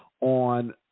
on